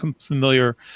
familiar